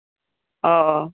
অঁ অঁ